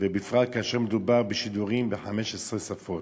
ובפרט כאשר מדובר בשידורים ב-15 שפות.